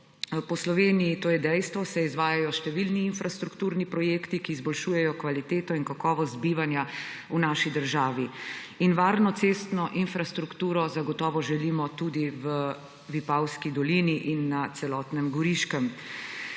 po Sloveniji, to je dejstvo, se izvajajo številni infrastrukturni projekti, ki izboljšujejo kvaliteto in kakovost bivanja v naši državi. In varno cestno infrastrukturo zagotovo želimo tudi v Vipavski dolini in na celotnem Goriškem.